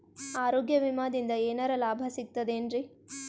ಆರೋಗ್ಯ ವಿಮಾದಿಂದ ಏನರ್ ಲಾಭ ಸಿಗತದೇನ್ರಿ?